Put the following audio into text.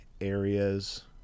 areas